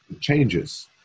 changes